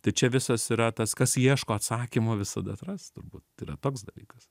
tai čia visas yra tas kas ieško atsakymo visada atras turbūt tai yra toks dalykas